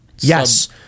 Yes